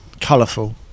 Colourful